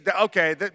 okay